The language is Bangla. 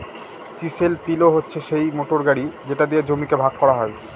চিসেল পিলও হচ্ছে সিই মোটর গাড়ি যেটা দিয়ে জমিকে ভাগ করা হয়